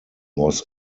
was